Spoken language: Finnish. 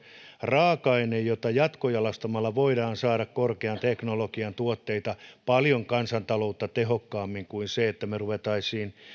raaka aine jota jatkojalostamalla voidaan saada korkean teknologian tuotteita ja hyödyttää kansantaloutta paljon tehokkaammin kuin sillä että me rupeaisimme